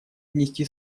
внести